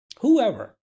whoever